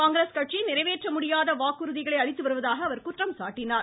காங்கிரஸ் கட்சி நிறைவேற்ற முடியாத வாக்குறுதிகளை அளித்து வருவதாக அவர் குற்றம் சாட்டினார்